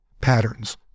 patterns